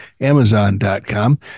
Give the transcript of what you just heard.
amazon.com